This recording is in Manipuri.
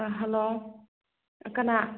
ꯍꯜꯂꯣ ꯀꯅꯥ